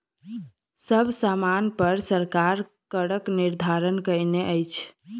सब सामानपर सरकार करक निर्धारण कयने अछि